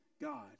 God